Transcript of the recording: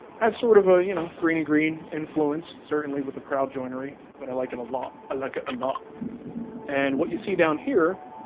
has sort of a, you know, greeny green influence certainly with the proud jointery, but i like it a lot. i ah like it a lot. and what you see down here